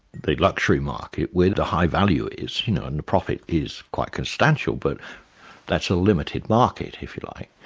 the luxury market where the high value is, you know and the profit is quite substantial but that's a limited market if you like.